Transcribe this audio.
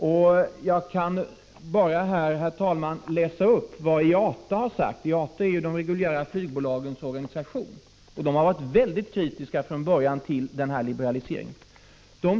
Jag kan här, herr talman, referera vad IATA har sagt. IATA är de reguljära flygbolagens organisation, och där har man från början varit mycket kritisk till en liberalisering.